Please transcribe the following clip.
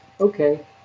Okay